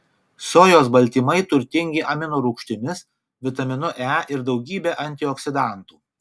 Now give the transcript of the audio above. sojos baltymai turtingi aminorūgštimis vitaminu e ir daugybe antioksidantų